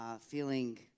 feeling